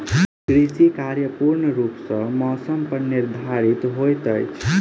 कृषि कार्य पूर्ण रूप सँ मौसम पर निर्धारित होइत अछि